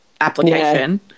application